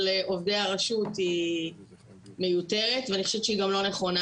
עובדי הרשות היא מיותרת ואני חושבת שהיא גם לא נכונה.